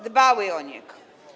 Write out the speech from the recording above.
Dbały o niego.